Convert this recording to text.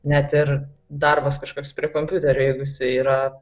net ir darbas kažkoks prie kompiuterio jeigu jisai yra